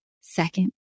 second